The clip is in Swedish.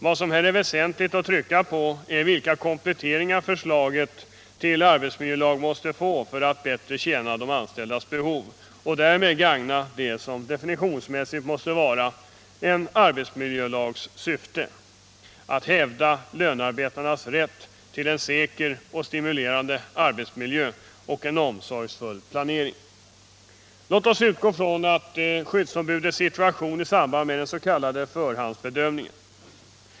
Vad som här är väsentligt att trycka på är vilka kompletteringar förslaget till arbetsmiljölag måste få för att bättre tjäna de anställdas behov och därmed gagna det som definitionsmässigt måste vara en arbetsmiljölags syfte: att hävda lönearbetarnas rätt till en säker och stimulerande arbetsmiljö och en omsorgsfull planering. Låt oss utgå ifrån skyddsombudets situation i samband med den s.k. förhandsbedömningen!